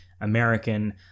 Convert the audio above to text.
American